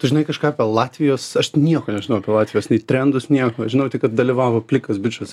tu žinai kažką apie latvijos aš nieko nežinau apie latvijos nei trendus nieko žinau tik kad dalyvavo plikas bičas